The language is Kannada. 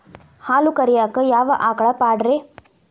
ಹಾಲು ಕರಿಯಾಕ ಯಾವ ಆಕಳ ಪಾಡ್ರೇ?